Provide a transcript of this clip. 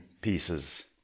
pieces